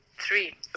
three